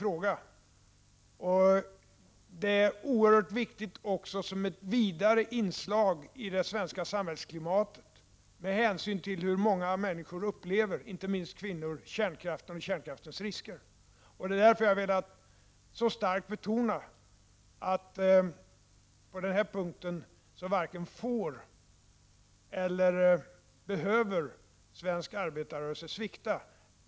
Den är också oerhört viktig som ett vidare inslag i det svenska samhällsklimatet, med hänsyn till hur många människor, inte minst kvinnor, upplever kärnkraften och dess risker. Det är därför jag så starkt har velat betona att på denna punkt varken får eller behöver svensk arbetarrörelse svikta.